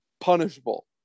punishable